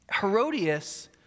Herodias